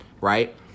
right